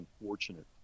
unfortunate